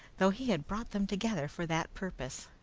though he had brought them together for that purpose.